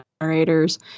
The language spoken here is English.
generators